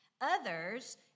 Others